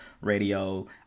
radio